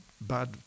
bad